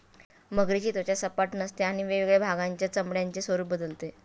मगरीची त्वचा सपाट नसते आणि वेगवेगळ्या भागांच्या चामड्याचे स्वरूप बदलते